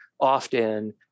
often